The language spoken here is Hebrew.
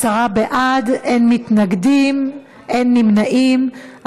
חוק הבנקאות (רישוי) (תיקון מס' 25 והוראת שעה)